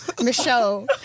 Michelle